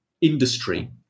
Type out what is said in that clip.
industry